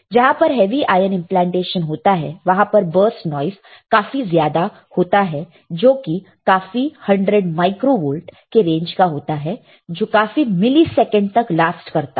जहां पर heavy ion implantation होता है वहां पर बरस्ट नॉइस काफी ज्यादा होता है जो कि काफी हंड्रेड माइक्रोवोल्ट के रेंज का होता है जो काफी मिलीसेकंड तक लास्ट करता है